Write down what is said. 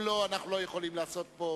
אם יש לך מה להוסיף לכנסת,